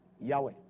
Yahweh